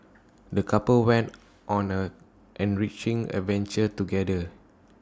the couple went on an enriching adventure together